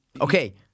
Okay